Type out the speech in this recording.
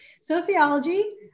Sociology